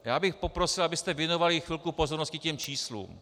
Já bych poprosil, abyste věnovali chvilku pozornosti těm číslům.